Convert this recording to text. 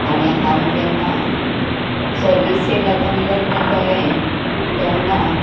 आनी हांव जेन्ना सर्वीसेक लागून लग्न जालें तेन्ना